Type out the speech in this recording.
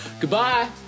goodbye